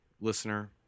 listener